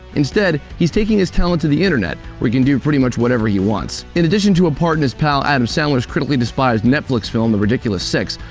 instead, he's taking his talent to the internet, where he can do pretty much whatever he wants. in addition to a part in his pal adam sandler's critically-despised netflix film the ridiculous six,